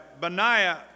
Benaiah